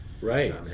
Right